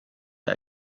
der